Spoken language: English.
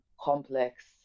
complex